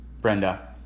Brenda